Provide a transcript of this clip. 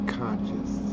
conscious